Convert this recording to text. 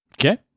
Okay